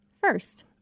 first